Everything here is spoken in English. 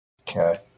Okay